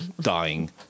Dying